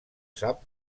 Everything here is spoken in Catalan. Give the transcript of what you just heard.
sap